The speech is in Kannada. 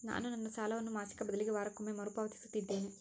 ನಾನು ನನ್ನ ಸಾಲವನ್ನು ಮಾಸಿಕ ಬದಲಿಗೆ ವಾರಕ್ಕೊಮ್ಮೆ ಮರುಪಾವತಿಸುತ್ತಿದ್ದೇನೆ